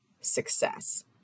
success